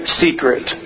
secret